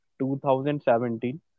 2017